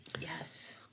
Yes